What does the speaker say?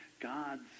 God's